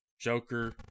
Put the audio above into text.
Joker